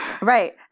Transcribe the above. Right